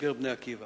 בוגר "בני עקיבא"